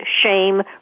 shame